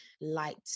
light